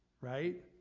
right